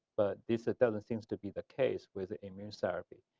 but this doesn't seem to be the case with immune therapy.